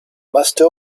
master